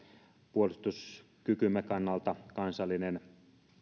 puolustuskykymme kannalta kansallinen